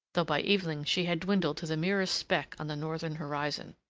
though by evening she had dwindled to the merest speck on the northern horizon.